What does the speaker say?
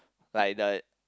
like the